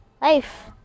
life